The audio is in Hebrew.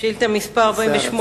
שאילתא מס' 48,